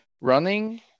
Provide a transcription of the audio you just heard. running